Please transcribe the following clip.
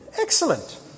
Excellent